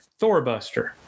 Thorbuster